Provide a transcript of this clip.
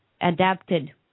adapted